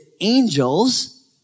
angels